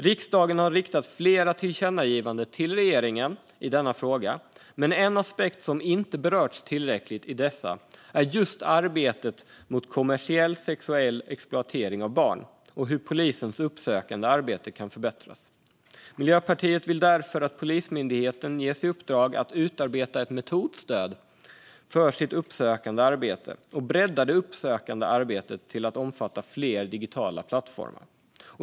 Riksdagen har riktat flera tillkännagivanden till regeringen i denna fråga, men en aspekt som inte berörts tillräckligt i dem är arbetet mot kommersiell sexuell exploatering av barn och hur polisens uppsökande arbete kan förbättras. Miljöpartiet vill därför att Polismyndigheten ges i uppdrag att utarbeta ett metodstöd för sitt uppsökande arbete och bredda det uppsökande arbetet till att omfatta fler digitala plattformar.